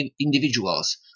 individuals